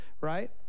right